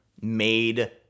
made